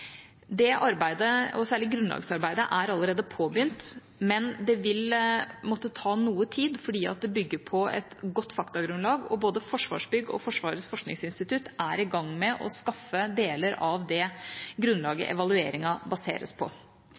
Det arbeidet og særlig grunnlagsarbeidet er allerede påbegynt, men det vil måtte ta noe tid fordi det bygger på et godt faktagrunnlag, og både Forsvarsbygg og Forsvarets forskningsinstitutt er i gang med å skaffe deler av det grunnlaget evalueringen baseres på.